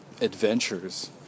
adventures